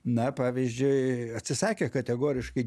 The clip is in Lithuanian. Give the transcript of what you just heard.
na pavyzdžiui atsisakė kategoriškai